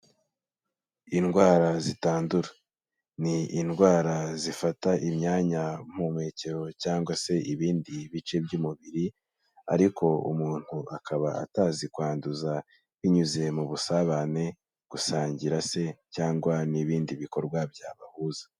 Indwara zitandura, ni indwara zifata imyanya mpumekero cyangwa se ibindi bice by'umubiri ariko umuntu akaba atazikwanduza binyuze mu busabane, gusangira se cyangwa n'ibindi bikorwa byabahuza.